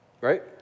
right